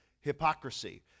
hypocrisy